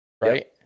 right